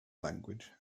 language